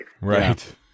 Right